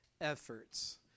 efforts